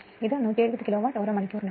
ഇത് 170 കിലോവാട്ട് മണിക്കൂറാണ്